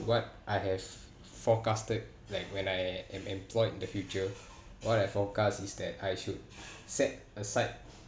what I have forecasted like when I am em~ employed in the future what I forecast is that I should set aside